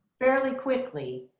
fairly quickly.